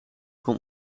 kon